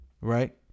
Right